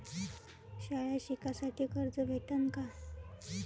शाळा शिकासाठी कर्ज भेटन का?